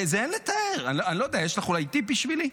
זה אין לתאר, אני לא יודע, יש לך אולי טיפ בשבילי?